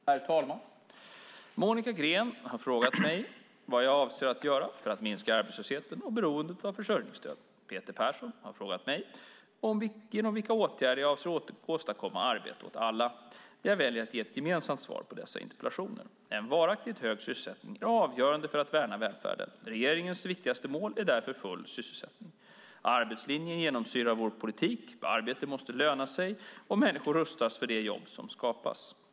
Herr talman! Monica Green har frågat mig vad jag avser att göra för att minska arbetslösheten och beroendet av försörjningsstöd. Peter Persson har frågat mig genom vilka åtgärder jag avser att åstadkomma arbete åt alla. Jag väljer att ge ett gemensamt svar på dessa interpellationer. En varaktigt hög sysselsättning är avgörande för att värna välfärden. Regeringens viktigaste mål är därför full sysselsättning. Arbetslinjen genomsyrar vår politik. Arbete måste löna sig och människor rustas för de jobb som skapas.